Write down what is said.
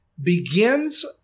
begins